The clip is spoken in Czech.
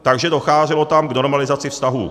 Takže docházelo tam k normalizaci vztahů.